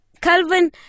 Calvin